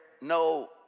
no